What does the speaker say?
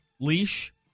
leash